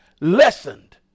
lessened